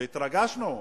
והתרגשנו,